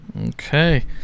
Okay